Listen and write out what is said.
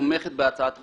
תומכת בהצעת החוק,